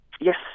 Yes